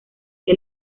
que